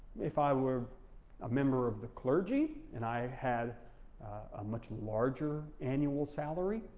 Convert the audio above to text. if i were a member of the clergy and i had a much larger annual salary,